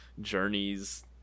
journeys